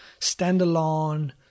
standalone